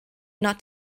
not